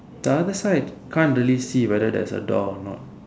the other side can't really see there's a door or not